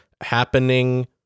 happening